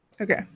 Okay